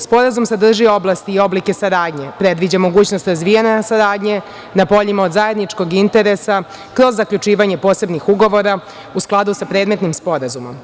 Sporazum sadrži oblasti i oblike saradnje, predviđa mogućnost razvijanja saradnje na poljima od zajedničkog interesa, kroz zaključivanje posebnih ugovora u skladu sa predmetnim sporazumom.